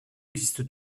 existe